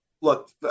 look